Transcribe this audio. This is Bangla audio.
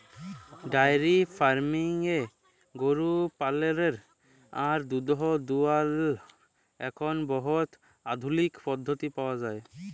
ডায়েরি ফার্মিংয়ে গরু পাললেরলে আর দুহুদ দুয়ালর এখল বহুত আধুলিক পদ্ধতি পাউয়া যায়